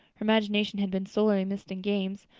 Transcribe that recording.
her imagination had been sorely missed in games,